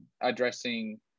addressing